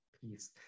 peace